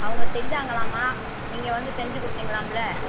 அவங்க செஞ்சாங்கலாமா நீங்கள் வந்து செஞ்சுக் கொடுத்தீங்களாம்ல